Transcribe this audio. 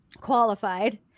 qualified